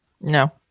No